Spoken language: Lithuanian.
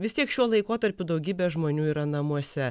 vis tiek šiuo laikotarpiu daugybė žmonių yra namuose